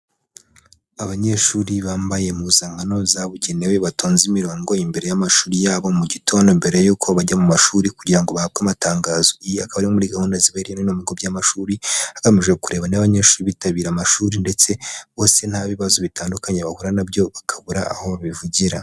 Abanyeshuri bambaye impuzankano zabugenewe batonze imirongo imbere y'amashuri yabo mu gitondo mbere y'uko bajya mu mashuri kugira ngo bahabwe amatangazo, iyi akaba ari muri gahunda zibera muri bimwe mu bigo by'amashuri agamije kureba n'abanyeshuri bitabira amashuri ndetse bose nta bibazo bitandukanye bahura nabyo bakabura aho babivugira.